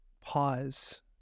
pause